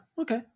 Okay